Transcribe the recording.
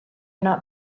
not